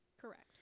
Correct